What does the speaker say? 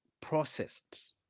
processed